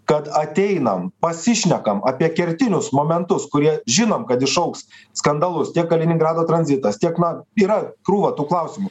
kad ateinam pasišnekam apie kertinius momentus kurie žinom kad išaugs skandalus tiek kaliningrado tranzitas tiek na yra krūva tų klausimų